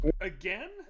again